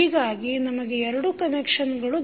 ಹೀಗಾಗಿ ನಮಗೆ ಎರಡು ಕನಕ್ಷನ್ಗಳು ದೊರೆಯುತ್ತವೆ